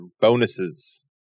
bonuses